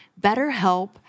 BetterHelp